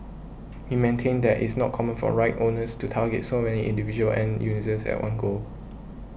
he maintained that it's not common for rights owners to target so many individual end users at one go